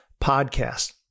podcast